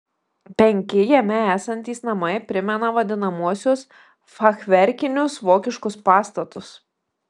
penki jame esantys namai primena vadinamuosius fachverkinius vokiškus pastatus